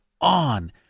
on